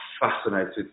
fascinated